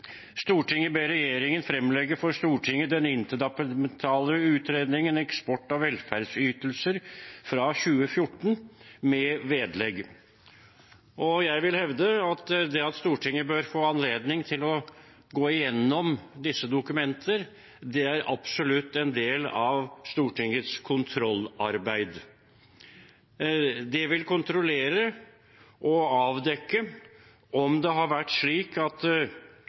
Stortinget den interdepartementale utredningen «Eksport av velferdsytelser» fra 2014 med vedlegg.» Jeg vil hevde at det at Stortinget bør få anledning til å gå gjennom disse dokumenter, absolutt er en del av Stortingets kontrollarbeid. Det vil kontrollere og avdekke om det har vært slik at